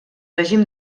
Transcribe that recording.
règim